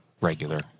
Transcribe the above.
Regular